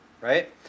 right